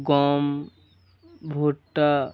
গম ভুট্টা